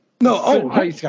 no